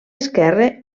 esquerre